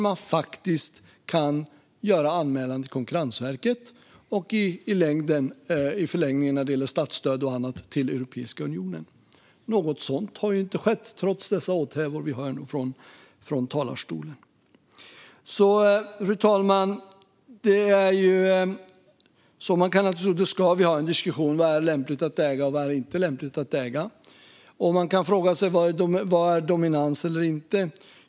Man kan göra anmälan till Konkurrensverket och i förlängningen, när det gäller statsstöd och annat, till Europeiska unionen. Något sådant har inte skett, trots dessa åthävor från talarstolen. Fru talman! Vi kan och ska ha en diskussion om vad som är lämpligt för staten att äga och inte äga. Man kan fråga sig vad som är dominans och inte.